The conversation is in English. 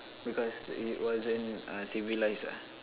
because it wasn't uh civilize ah